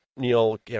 Neil